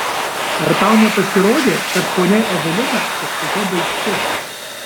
ar tau nepasirodė kad ponia evelina kažkokia baikšti